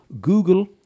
Google